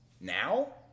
Now